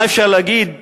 מה אפשר להגיד עליו,